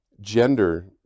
gender